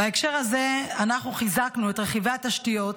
בהקשר הזה אנחנו חיזקנו את רכיבי התשתיות,